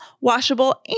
washable